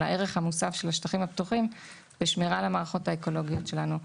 על הערך המוסף של השטחים הפתוחים בשמירה על המערכות האקולוגיות שלנו,